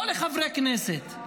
לא לחברי הכנסת.